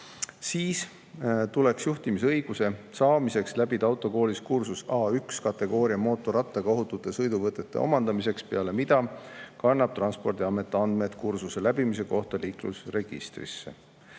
siis tuleks juhtimisõiguse saamiseks läbida autokoolis kursus A1-kategooria mootorrattaga ohutute sõiduvõtete omandamiseks, peale mida kannab Transpordiamet andmed kursuse läbimise kohta liiklusregistrisse,